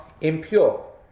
impure